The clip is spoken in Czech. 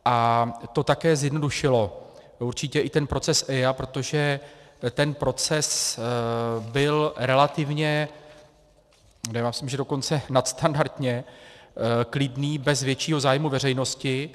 A to také zjednodušilo určitě i ten proces EIA, protože ten proces byl relativně, já myslím, že dokonce nadstandardně klidný bez většího zájmu veřejnosti.